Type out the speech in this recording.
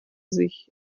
sich